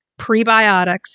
prebiotics